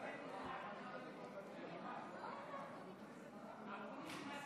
אתה מתבטא על סוגיה שלא קשורה לכנסת ואני אגיד לך מדוע ומה אני חושב